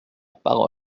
parole